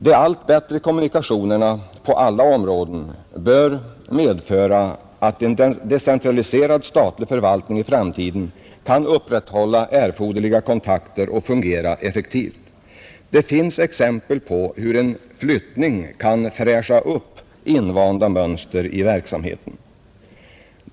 De allt bättre kommunikationerna på alla områden bör medföra att en decentraliserad statlig förvaltning i framtiden kan upprätthålla erforderliga kontakter och fungera effektivt. Det finns exempel på hur en flyttning kan fräscha upp invanda mönster i verksamheten.